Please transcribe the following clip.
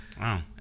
wow